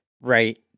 right